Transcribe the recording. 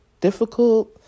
difficult